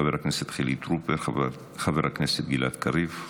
חבר הכנסת חילי טרופר, חבר הכנסת גלעד קריב,